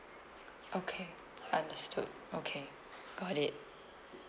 okay understood okay got it